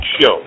show